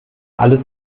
alles